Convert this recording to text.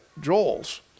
Joel's